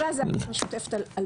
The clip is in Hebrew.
במקרה הזה יותר נכון מיוחדת.